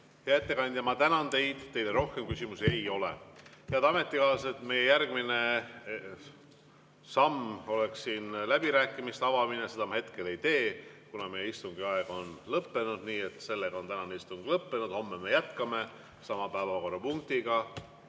Hea ettekandja, ma tänan teid. Teile rohkem küsimusi ei ole. Head ametikaaslased, meie järgmine samm oleks läbirääkimiste avamine, aga seda ma hetkel ei tee, kuna meie istungi aeg on lõppenud. Nii et tänane istung on lõppenud. Homme kell 14.00 me jätkame sama päevakorrapunktiga.